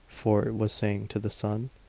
fort was saying to the son.